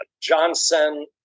Johnson